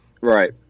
Right